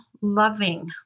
loving